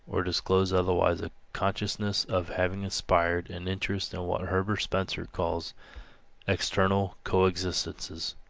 or disclose otherwise a consciousness of having inspired an interest in what herbert spencer calls external coexistences,